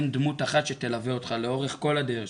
אין דמות אחת שתלווה אותך לאורך כל הדרך,